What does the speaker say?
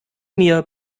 mir